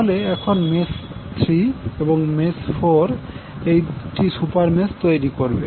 তাহলে এখন মেস 3 এবং 4 একটি সুপার মেস তৈরি করবে